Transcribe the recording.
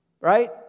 right